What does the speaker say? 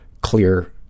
clear